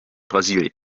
brasiliens